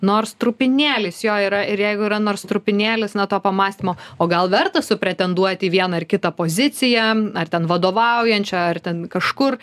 nors trupinėlis jo yra ir jeigu yra nors trupinėlis na to pamąstymo o gal verta supretenduoti į vieną ar kitą poziciją ar ten vadovaujančią ar ten kažkur